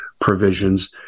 provisions